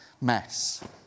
mess